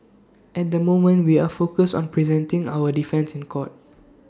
at the moment we are focused on presenting our defence in court